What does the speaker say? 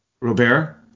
Robert